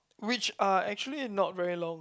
which are actually not very long